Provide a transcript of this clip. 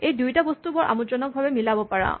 এই দুয়োটা বস্তু তুমি আমোদজনকভাৱে মিলাব পাৰা